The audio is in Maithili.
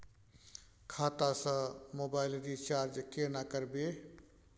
खाता स मोबाइल रिचार्ज केना करबे?